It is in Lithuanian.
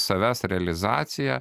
savęs realizacija